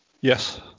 Yes